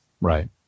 right